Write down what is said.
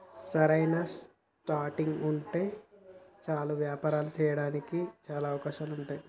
సరైన స్టార్టింగ్ ఉంటే చాలు ఎలాంటి వ్యాపారాలు చేయడానికి అయినా చాలా అవకాశాలు ఉంటాయి